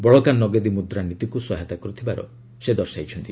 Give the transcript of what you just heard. ବଳକା ନଗଦି ମୁଦ୍ରାନୀତିକୁ ସହାୟତା କରୁଥିବାର ସେ କହିଛନ୍ତି